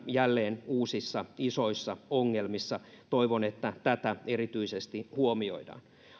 jälleen uusissa isoissa ongelmissa toivon että tätä erityisesti huomioidaan